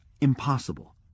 impossible